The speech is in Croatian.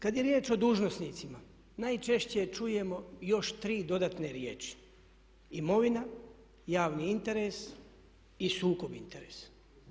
Kad je riječ o dužnosnicima najčešće čujemo još tri dodatne riječi – imovina, javni interes i sukob interesa.